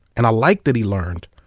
and i like that he learned.